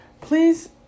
Please